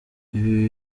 ibi